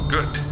Good